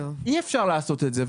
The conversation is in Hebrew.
אי אפשר לעשות את זה.